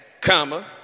comma